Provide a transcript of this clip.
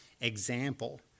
example